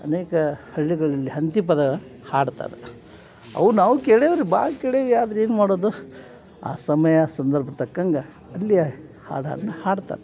ಅನೇಕ ಹಳ್ಳಿಗಳಲ್ಲಿ ಹಂತಿ ಪದ ಹಾಡ್ತಾರೆ ಅವು ನಾವು ಕೇಳೀವಿ ರೀ ಭಾಳ ಕೇಳೇವೆ ಆದ್ರೆ ಏನು ಮಾಡೋದು ಆ ಸಮಯ ಸಂದರ್ಭ ತಕ್ಕಂಗೆ ಅಲ್ಲಿಯ ಹಾಡನ್ನು ಹಾಡ್ತಾರೆ